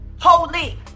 Holy